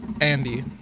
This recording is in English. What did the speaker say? Andy